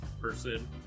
person